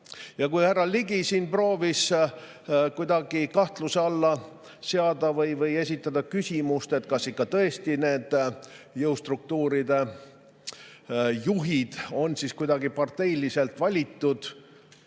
tavaga. Härra Ligi siin proovis kuidagi kahtluse alla seada või esitada küsimust, kas ikka tõesti need jõustruktuuride juhid on kuidagi parteiliselt valitud.